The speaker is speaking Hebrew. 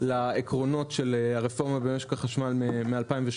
לעקרונות של הרפורמה במשק החשמל מ-2018.